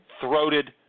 throated